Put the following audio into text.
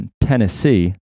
Tennessee